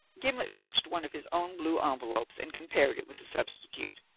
gimblet fetched one of his own blue envelopes and compared it with the substitute.